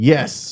Yes